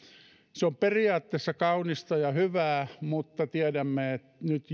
se on periaatteessa kaunista ja hyvää mutta tiedämme jo nyt